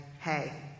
hey